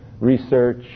research